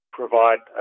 provide